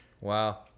Wow